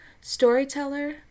storyteller